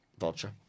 vulture